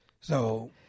So-